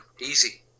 easy